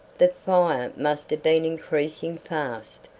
the fire must have been increasing fast,